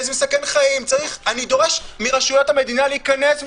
זה מסכן חיים ולדרוש מרשויות המדינה להיכנס,